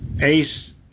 Ace